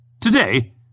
Today